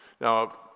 Now